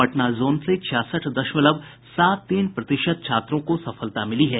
Patna zone से छियासठ दशमलव सात तीन प्रतिशत छात्रों को सफलता मिली है